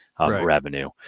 revenue